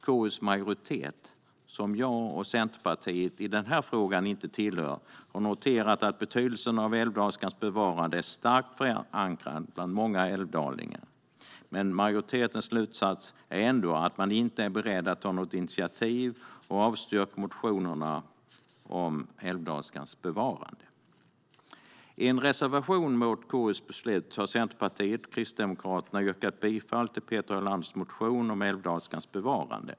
KU:s majoritet, som jag och Centerpartiet i denna fråga inte tillhör, har noterat att betydelsen av älvdalskans bevarande är starkt förankrad bland många älvdalingar. Men majoritetens slutsats är ändå att man inte är beredd att ta något initiativ, och man avstyrker motionerna om älvdalskans bevarande. I en reservation mot KU:s beslut har Centerpartiet och Kristdemokraterna yrkat bifall till Peter Helanders motion om älvdalskans bevarande.